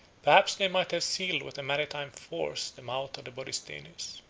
perhaps they might have sealed with a maritime force the mouth of the borysthenes.